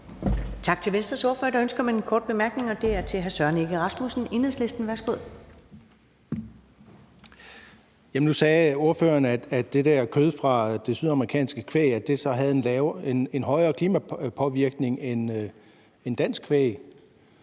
Tak til Venstres ordfører. Der er ønske om en kort bemærkning, og det er fra hr. Søren Egge Rasmussen, Enhedslisten. Værsgo. Kl. 13:36 Søren Egge Rasmussen (EL): Nu sagde ordføreren, at det der kød fra det sydamerikanske kvæg havde en højere klimapåvirkning end dansk kvæg,